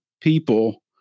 people